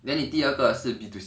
then 你第二个是 B two C